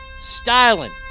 styling